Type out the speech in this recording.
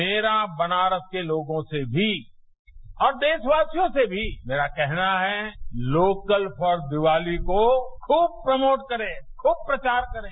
मेरा बनारस के लोगों से भी और देशवासियों से भी मेरा कहना है कि लोकल फॉर दीवाली को खुब प्रमोट करें खुब प्रचार करें